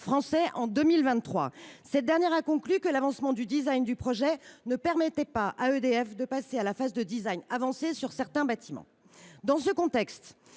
français en 2023 et a conclu que l’avancement du design du projet ne permettait pas à EDF de passer à la phase de design avancée sur certains bâtiments. Dans ce contexte,